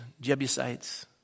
Jebusites